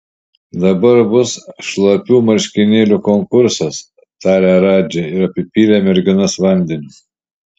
dabar bus šlapių marškinėlių konkursas tarė radži ir apipylė merginas vandeniu